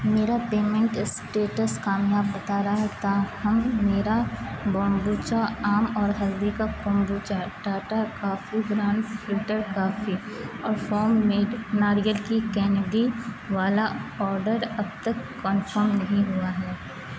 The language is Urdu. میرا پیمنٹ اسٹیٹس کامیاب بتا رہا ہے تاہم میرا بومبوچا آم اور ہلدی کا kombucha Tata coffee ground filter coffee اور فارم میڈ ناریل کی کینڈی والا آرڈر اب تک کنفرم نہیں ہوا ہے